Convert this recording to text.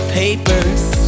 papers